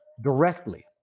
directly